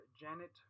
Janet